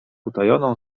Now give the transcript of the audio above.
utajoną